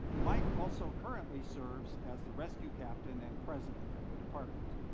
mike also currently serves as the rescue captain and president of the department.